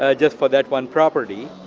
ah just for that one property.